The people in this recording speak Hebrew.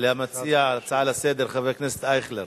למציע ההצעה לסדר-היום, חבר הכנסת אייכלר.